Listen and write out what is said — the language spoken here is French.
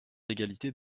d’égalité